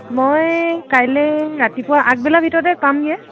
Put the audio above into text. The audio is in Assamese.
মই কাইলে ৰাতিপুুৱা আগবেলাৰ ভিতৰতে পামগৈ